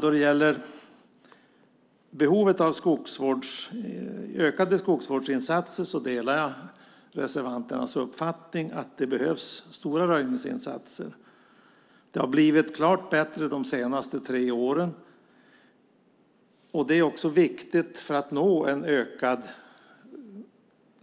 Då det gäller behovet av ökade skogsvårdsinsatser delar jag reservanternas uppfattning att det behövs stora röjningsinsatser. Det har blivit klart bättre de senaste tre åren, och det är viktigt för att nå en ökad